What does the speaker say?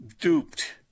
duped